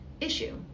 issue